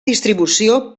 distribució